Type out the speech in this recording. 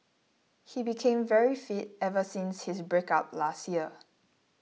he became very fit ever since his breakup last year